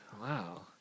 Wow